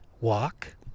walk